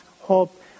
hope